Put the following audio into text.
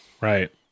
Right